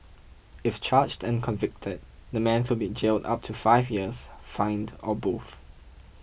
if charged and convicted the man could be jailed up to five years fined or both